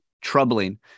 troubling